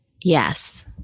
Yes